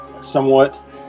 somewhat